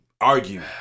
argue